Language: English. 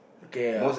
okay uh